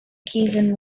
kievan